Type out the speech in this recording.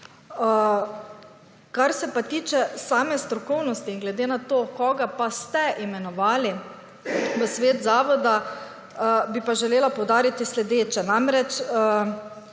Kar se pa tiče same strokovnosti in glede na to koga pa ste imenovali v svet zavoda, bi pa želela poudariti sledeče. Namreč